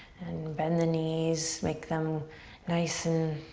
and bend the knees, make them nice and